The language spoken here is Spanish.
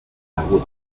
aguda